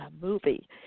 movie